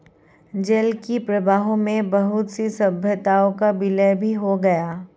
जल के प्रवाह में बहुत सी सभ्यताओं का विलय भी हो गया